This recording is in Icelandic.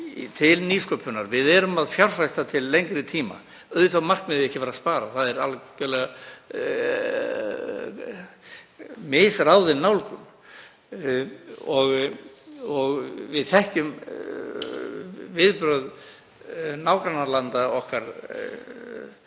til nýsköpunar, við erum að fjárfesta til lengri tíma. Auðvitað á markmiðið ekki að vera að spara, það er algerlega misráðin nálgun. Við þekkjum viðbrögð nágrannalanda okkar.